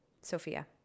Sophia